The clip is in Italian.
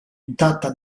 intatta